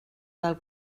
del